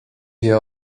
wie